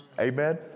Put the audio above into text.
amen